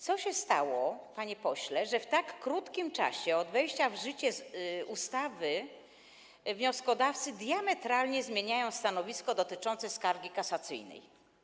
Co się stało, panie pośle, że w tak krótkim czasie od wejścia w życie ustawy wnioskodawcy diametralnie zmieniają stanowisko dotyczące skargi kasacyjnej?